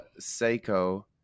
Seiko